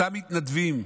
אותם מתנדבים,